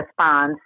response